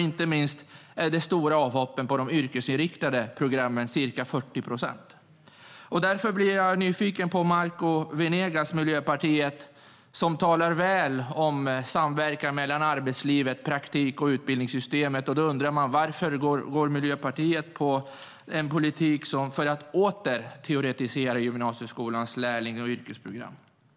Inte minst är det stora avhopp från de yrkesinriktade programmen, ca 40 procent. Jag blir därför nyfiken på Marco Venegas, Miljöpartiet, som talar väl om samverkan mellan arbetsliv, praktik och utbildningssystemet. Då undrar man varför Miljöpartiet då för en politik för att åter teoretisera gymnasieskolans lärlings och yrkesprogram.